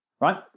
right